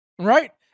Right